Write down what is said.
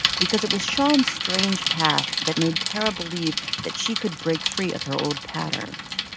because it was shon's strange path that made tarra believe that she could break free of her old patterns.